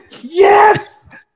Yes